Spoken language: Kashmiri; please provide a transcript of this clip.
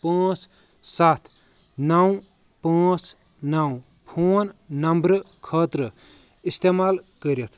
پانٛژھ سَتھ نَو پانٛژھ نَو فون نمبرٕ خٲطرٕ استعمال کٔرِتھ